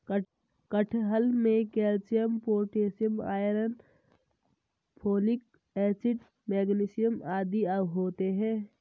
कटहल में calcium potassium iron folic acid magnesium आदि होते हैं